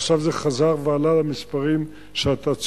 ועכשיו זה חזר ועלה למספרים שאתה ציינת.